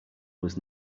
was